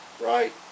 Right